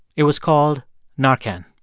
it was called narcan,